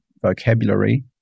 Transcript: vocabulary